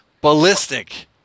ballistic